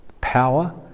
power